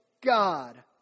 God